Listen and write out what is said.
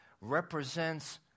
represents